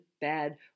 bad